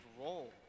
role